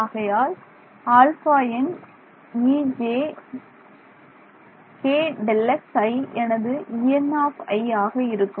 ஆகையால் αnejkΔxi எனது En ஆக இருக்கும்